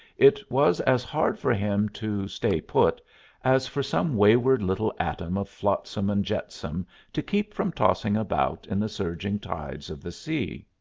it was as hard for him to stay put as for some wayward little atom of flotsam and jetsam to keep from tossing about in the surging tides of the sea.